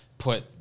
put